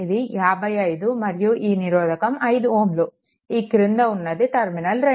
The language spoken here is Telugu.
ఇది 55 Ω మరియు ఈ నిరోధకం 5 Ω ఈ క్రింద ఉన్నది టర్మినల్ 2